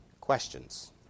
Questions